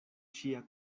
ŝia